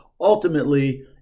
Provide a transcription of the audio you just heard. ultimately